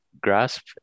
grasp